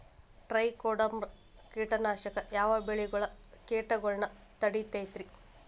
Trichoderma ಕೇಟನಾಶಕ ಯಾವ ಬೆಳಿಗೊಳ ಕೇಟಗೊಳ್ನ ತಡಿತೇತಿರಿ?